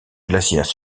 glaciaires